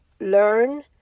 learn